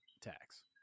tax